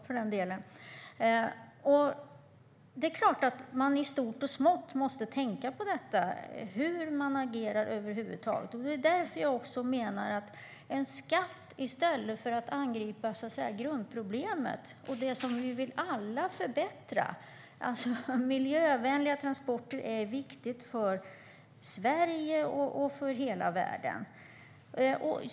Det är klart att man i stort och smått måste tänka på hur man agerar. Det är därför jag ifrågasätter en skatt i stället för att angripa grundproblemet och det som vi alla vill förbättra. Miljövänliga transporter är ju viktiga för Sverige och för hela världen.